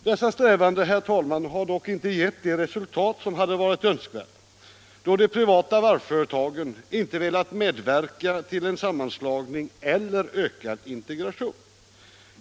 Dessa strävanden, herr talman, har dock inte gett de resultat som hade varit önskvärda, då de privata varvsföretagen inte velat medverka till en sammanslagning eller ökad integration.